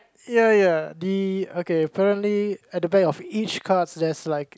ya ya the apparently at the back of each there's like